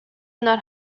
not